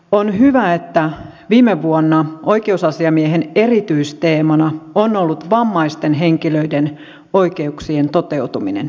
on hyvä että viime vuonna oikeusasiamiehen erityisteemana on ollut vammaisten henkilöiden oikeuksien toteutuminen